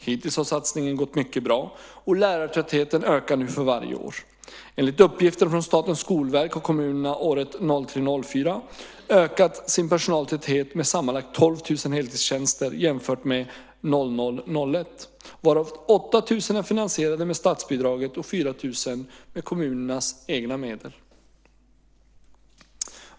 Hittills har satsningen gått mycket bra och lärartätheten ökar nu för varje år. Enligt uppgifter från Statens skolverk har kommunerna året 2003 01, varav 8 000 är finansierade med statsbidraget och 4 000 med kommunernas egna medel.